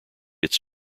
its